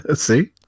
see